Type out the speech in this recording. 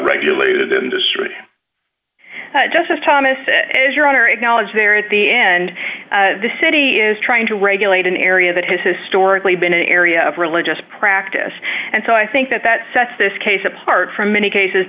regulated industry justice thomas it is your honor acknowledge there at the end of the city is trying to regulate an area that has historically been an area of religious practice and so i think that that sets this case apart from many cases